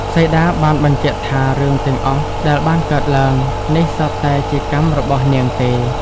សីតាបានបញ្ជាក់ថារឿងទាំងអស់ដែលបានកើតឡើង នេះសុទ្ធតែជាកម្មរបស់នាងទេ។